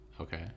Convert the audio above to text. Okay